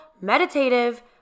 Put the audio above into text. meditative